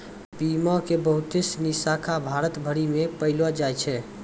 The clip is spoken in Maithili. बीमा के बहुते सिनी शाखा भारत भरि मे पायलो जाय छै